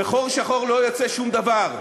מחור שחור לא יוצא שום דבר,